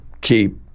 keep